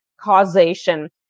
causation